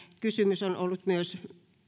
kysymys on myös